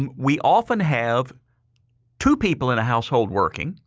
um we often have two people in a household working.